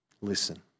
Listen